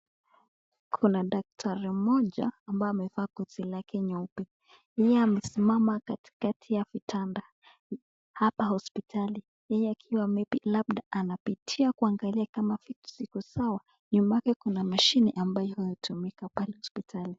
Kuna daktari mmoja ambaye amevaa koti lake nyeupe. Yeye amesimama katikati ya vitanda hapa hospitali. Yeye akiwa maybe labda anapitia kuangalia kama vitu ziko sawa. Nyuma yake kuna mashine ambayo hutumika pale hospitali.